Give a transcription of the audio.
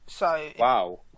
Wow